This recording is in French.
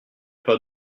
pas